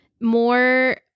more